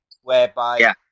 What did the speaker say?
whereby